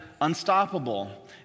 Unstoppable